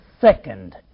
second